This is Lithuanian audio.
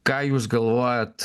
ką jūs galvojat